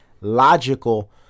logical